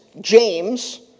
James